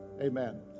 Amen